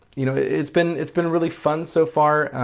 you know it's been it's been really fun so far.